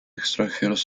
extranjeros